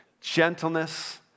Gentleness